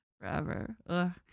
Forever